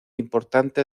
importante